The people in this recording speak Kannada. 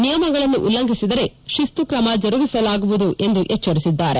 ನಿಯಮಗಳನ್ನು ಉಲ್ಲಂಘಿಸಿದರೆ ಶಿಸ್ತು ಕ್ರಮ ಜರುಗಿಸಲಾಗುವುದು ಎಂದು ಎಚ್ಚರಿಸಿದ್ದಾರೆ